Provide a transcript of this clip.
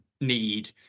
need